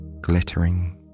glittering